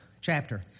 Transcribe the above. chapter